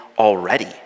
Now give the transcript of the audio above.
already